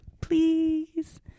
please